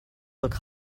look